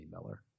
Miller